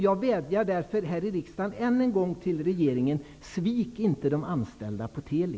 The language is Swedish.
Jag vädjar därför än en gång här i riksdagen till regeringen att inte svika de anställda på Teli.